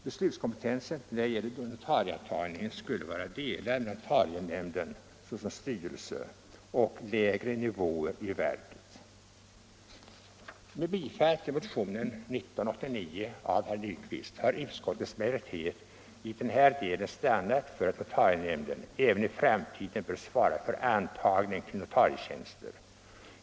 Beslutskompetensen när det gäller notarieantagning skulle vara delad mellan notarienämnden, såsom styrelse, och lägre nivåer i verket. Med tillstyrkan av motionen 1989 av herr Nyquist har utskottets majoritet i den här delen stannat för att notarienämnden även i framtiden bör svara för antagningen till notarietjänster.